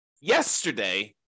yesterday